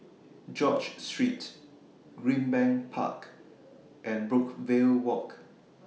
George Street Greenbank Park and Brookvale Walk